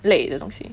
类的东西